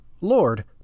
Lord